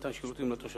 במתן שירותים לתושבים.